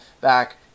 back